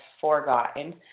forgotten